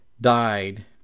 died